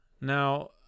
Now